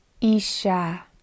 Isha